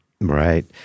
Right